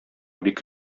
бик